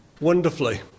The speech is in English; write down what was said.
wonderfully